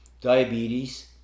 diabetes